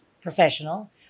professional